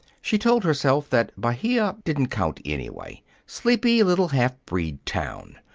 she told herself that bahia didn't count, anyway sleepy little half-breed town!